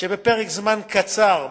שבפרק זמן קצר,